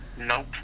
Nope